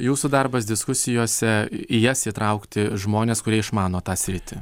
jūsų darbas diskusijose į jas įtraukti žmones kurie išmano tą sritį